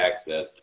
Access